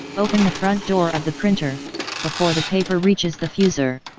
open the front door of the printer before the paper reaches the fuser.